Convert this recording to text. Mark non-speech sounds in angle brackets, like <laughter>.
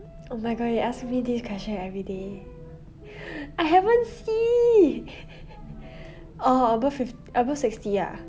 oh my god you ask me this question everyday <breath> I haven't see orh above fif~ above sixty ah